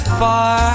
far